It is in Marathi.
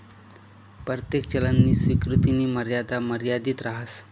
परतेक चलननी स्वीकृतीनी मर्यादा मर्यादित रहास